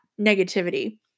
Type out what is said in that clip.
negativity